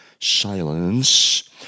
silence